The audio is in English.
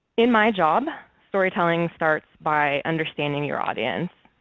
in my job, storytelling starts by understanding your audience,